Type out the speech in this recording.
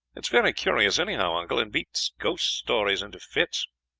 it is very curious anyhow, uncle, and beats ghost stories into fits.